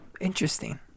Interesting